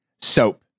soap